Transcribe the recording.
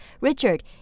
Richard